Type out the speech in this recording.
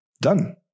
Done